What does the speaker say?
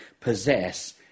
possess